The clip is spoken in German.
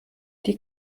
die